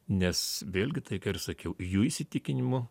nes vėlgi tai ką ir sakiau jų įsitikinimu